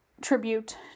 tribute